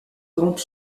grands